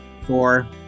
four